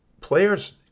Players